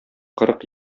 кырык